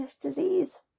disease